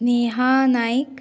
Neha Naik